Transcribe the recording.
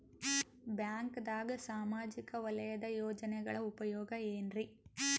ಬ್ಯಾಂಕ್ದಾಗ ಸಾಮಾಜಿಕ ವಲಯದ ಯೋಜನೆಗಳ ಉಪಯೋಗ ಏನ್ರೀ?